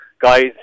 guys